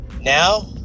now